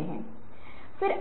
हुईं